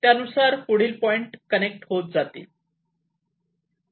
त्यानुसार पुढील point connect होत जातील